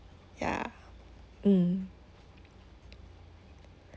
ya mm